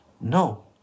No